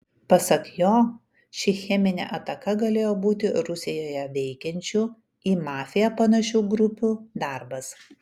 pasak jo ši cheminė ataka galėjo būti rusijoje veikiančių į mafiją panašių grupių darbas